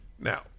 Now